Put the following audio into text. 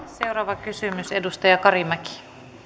seuraava kysymys edustaja karimäki